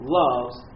loves